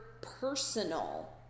personal